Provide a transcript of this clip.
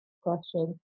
question